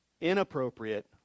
inappropriate